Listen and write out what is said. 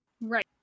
right